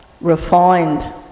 refined